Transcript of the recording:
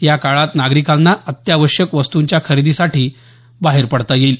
याकाळात नागरिकांना अत्यावश्यक वस्तूंच्या खरेदीसाठी करता येईल